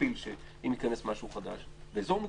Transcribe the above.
נתאים גם "שפיל" אם יכנס משהו חדש,